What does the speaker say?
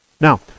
now